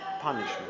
punishment